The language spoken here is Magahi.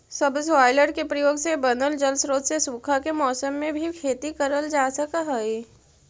सबसॉइलर के प्रयोग से बनल जलस्रोत से सूखा के मौसम में भी खेती करल जा सकऽ हई